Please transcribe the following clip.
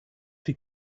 die